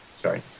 sorry